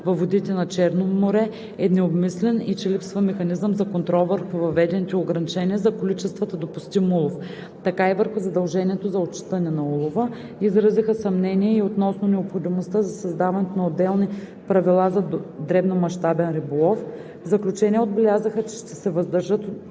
във водите на Черно море е необмислен и че липсва механизъм за контрол както върху въведените ограничения за количествата допустим улов, така и върху задължението за отчитане на улова. Изразиха съмнения и относно необходимостта от създаване на отделни правила за дребномащабен риболов. В заключение, отбелязаха, че ще се въздържат